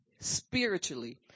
Spiritually